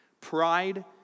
pride